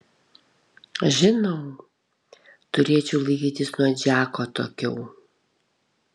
žinau turėčiau laikytis nuo džeko atokiau